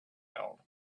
held